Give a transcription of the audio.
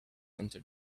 enter